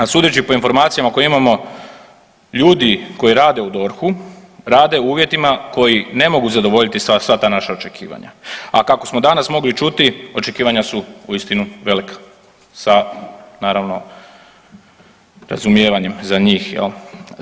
A sudeći po informacijama koje imamo od ljudi koji rada u DORH-u rade u uvjetima koji ne mogu zadovoljiti sva ta naša očekivanja, a kako smo danas mogli čuti očekivanja su uistinu velika sa naravno razumijevanjem za njih jel.